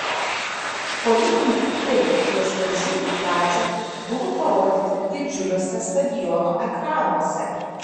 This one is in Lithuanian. politiniai lyderiai prieš varžybų pradžią buvo parodyti didžiuliuose stadiono ekranuose